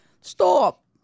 Stop